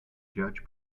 judge